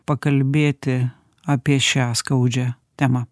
pakalbėti apie šią skaudžią temą